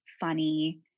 funny